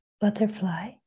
butterfly